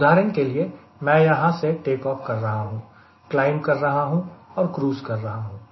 उदाहरण के लिए मैं यहां से टेक ऑफ कर रहा हूं क्लाइंब कर रहा हूं और क्रूज़ कर रहा हूं